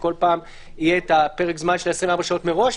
שבכל פעם יהיה פרק זמן של 24 שעות מראש,